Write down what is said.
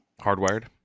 hardwired